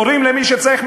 קוראים למי שצריך,